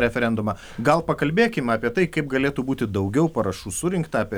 referendumą gal pakalbėkim apie tai kaip galėtų būti daugiau parašų surinkta apie